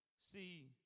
See